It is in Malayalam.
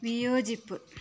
വിയോജിപ്പ്